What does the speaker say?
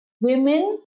Women